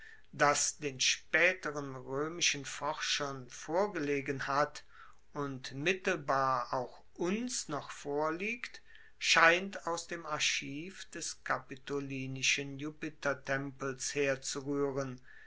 das den spaeteren roemischen forschern vorgelegen hat und mittelbar auch uns noch vorliegt scheint aus dem archiv des kapitolinischen jupitertempels herzuruehren